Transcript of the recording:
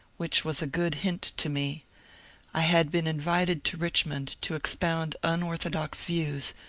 which was a good hint to me i had been in vited to richmond to expound unorthodox views,